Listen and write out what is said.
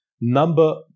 number